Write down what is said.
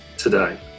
today